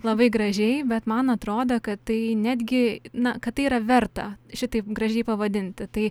labai gražiai bet man atrodo kad tai netgi na kad tai yra verta šitaip gražiai pavadinti tai